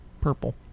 Purple